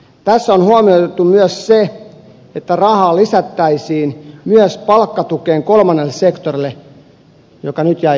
tässä on huomioitu myös se että rahaa lisättäisiin myös palkkatukeen kolmannelle sektorille joka nyt jäi ulkopuolelle